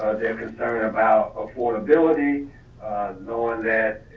their concern about affordability knowing that